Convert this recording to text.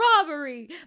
robbery